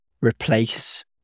replace